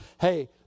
hey